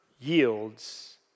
yields